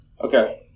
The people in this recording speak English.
Okay